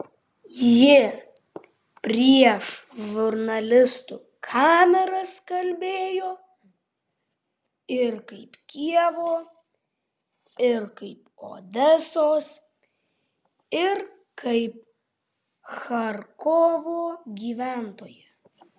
ji prieš žurnalistų kameras kalbėjo ir kaip kijevo ir kaip odesos ir kaip charkovo gyventoja